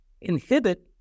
inhibit